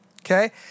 Okay